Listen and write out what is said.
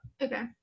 okay